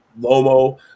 Lomo